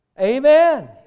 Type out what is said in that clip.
Amen